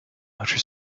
outer